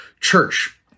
church